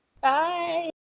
bye